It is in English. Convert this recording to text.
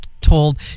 told